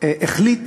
החליט